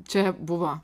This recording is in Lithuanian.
čia buvo